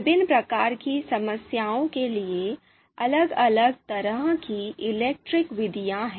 विभिन्न प्रकार की समस्याओं के लिए अलग अलग तरह की इलेक्ट्रिक विधियाँ हैं